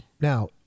Now